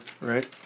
right